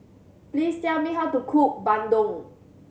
please tell me how to cook bandung